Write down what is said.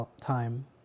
time